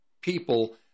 people